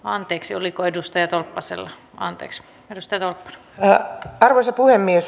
anteeksi oliko edustaja tolppaselle anteeks naisten elämä arvoisa puhemies